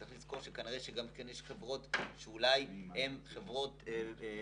צריך לזכור שכנראה שגם כן יש חברות שאולי הן חברות ישראליות,